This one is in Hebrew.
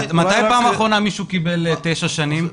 מתי פעם אחרונה מישהו קיבל תשע שנים?